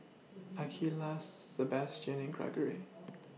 Akeelah Sabastian and Greggory